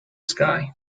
sky